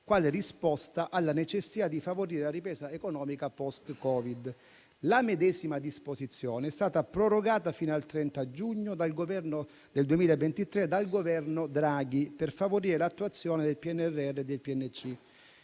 quale risposta alla necessità di favorire la ripresa economica post-Covid. La medesima disposizione è stata prorogata fino al 30 giugno 2023 dal Governo Draghi per favorire l'attuazione del PNRR e del Piano